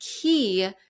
key